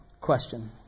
question